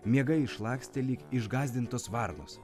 miegai išlakstė lyg išgąsdintos varnos